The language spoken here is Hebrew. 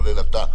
כולל אתה,